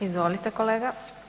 Izvolite kolega.